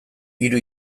hiru